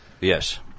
Yes